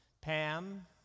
Pam